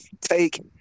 Take